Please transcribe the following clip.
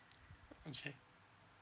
okay